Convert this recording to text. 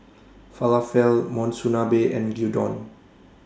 Falafel Monsunabe and Gyudon